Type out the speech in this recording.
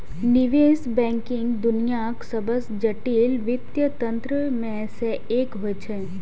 निवेश बैंकिंग दुनियाक सबसं जटिल वित्तीय तंत्र मे सं एक होइ छै